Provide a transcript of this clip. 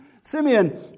Simeon